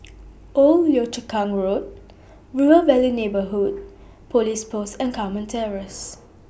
Old Yio Chu Kang Road River Valley Neighbourhood Police Post and Carmen Terrace